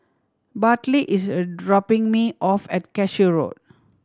Bartley is a dropping me off at Cashew Road